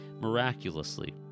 miraculously